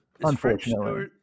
Unfortunately